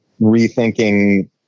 rethinking